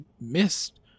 missed